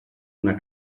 una